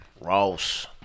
Ross